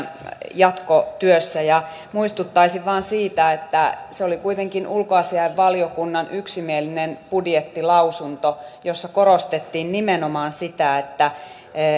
jatkotyössä ja muistuttaisin vain siitä että se oli kuitenkin ulkoasiainvaliokunnan yksimielinen budjettilausunto jossa korostettiin nimenomaan sitä että